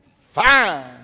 Fine